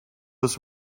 his